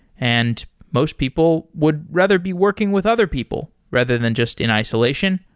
and most people would rather be working with other people rather than just in isolation.